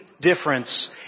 difference